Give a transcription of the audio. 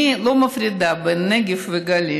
אני לא מפרידה בין נגב וגליל.